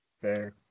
Fair